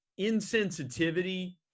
insensitivity